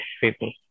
people